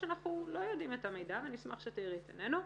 לא יודעים את המידע ונשמח שתאירי את עינינו,